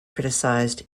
criticized